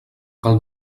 cal